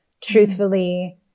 truthfully